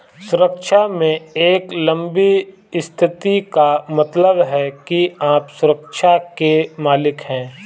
सुरक्षा में एक लंबी स्थिति का मतलब है कि आप सुरक्षा के मालिक हैं